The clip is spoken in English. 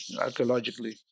archaeologically